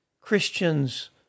Christians